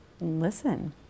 listen